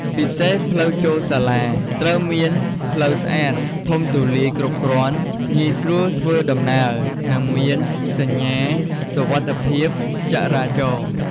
ពិសេសផ្លូវចូលសាលា ត្រូវមាន ផ្លូវស្អាត ធំទូលាយគ្រប់គ្រាន់ ងាយស្រួលធ្វើដំណើរ និងមានសញ្ញាសុវត្ថិភាពចរាចរណ៍។